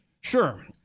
Sure